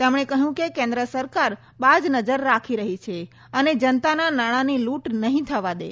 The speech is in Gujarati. તેમણે કહ્યું કે કેન્દ્ર સરકાર બાજ નજર રાખી રહી છે અને જનતાના નાણાંની લૂંટ નહીં થવા દે